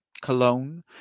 Cologne